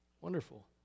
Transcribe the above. Wonderful